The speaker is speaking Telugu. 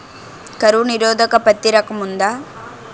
కరువు నిరోధక పత్తి రకం ఉందా?